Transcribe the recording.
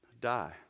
die